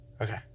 Okay